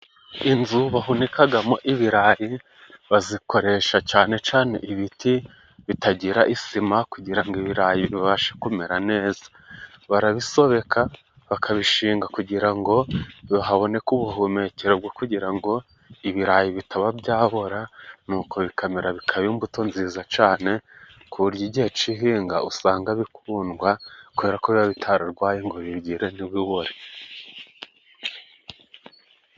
Inzu bahunikamo ibirayi, bazikoresha cyane cyane ibiti bitagira isima, kugira ibirayi bibashe kumera neza. Barabisobeka bakabishinga kugira ngo haboneke ubuhumekero bwo kugira ngo ibirayi bitaba byabora, ni uko bikamera, bikaba imbuto nziza cyane ku buryo igihe cy'ihinga usanga bikundwa, kubera ko biba bitararwaye ngo bigire ntibibore.